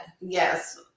Yes